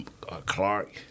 Clark